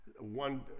one